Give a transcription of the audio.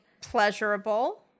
pleasurable